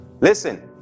Listen